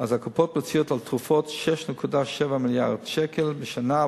הקופות מוציאות על תרופות 6.7 מיליארד שקל בשנה,